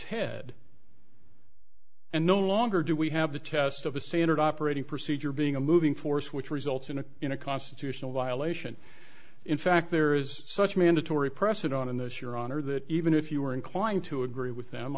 head and no longer do we have the test of a standard operating procedure being a moving force which results in a in a constitutional violation in fact there is such mandatory precedent in the us your honor that even if you are inclined to agree with them